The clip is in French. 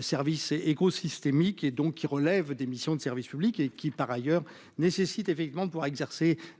services et éco-systémique et donc qui relèvent des missions de service public et qui par ailleurs nécessite effectivement pour exercer